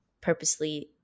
purposely